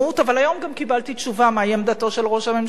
אבל היום גם קיבלתי תשובה מהי עמדתו של ראש הממשלה: